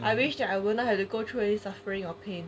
I wish that I will not have to go through any suffering or pain